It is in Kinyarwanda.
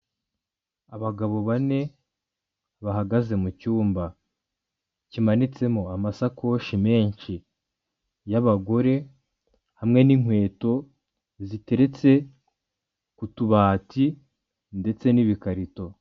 Abagabo bane bahagaze mu cyumba kimanitsemo amasakoshi menshi y'abagore hamwe n'inkweto ziteretse ku tubati ndetse n'ibikarito.